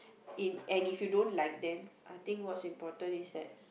in and if you don't like them I think what's important is that